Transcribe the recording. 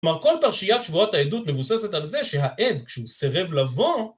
כלומר כל פרשיית שבועות העדות מבוססת על זה שהעד, כשהוא סרב לבוא...